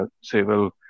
civil